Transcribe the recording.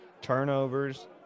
turnovers